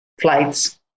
flights